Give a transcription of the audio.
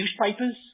newspapers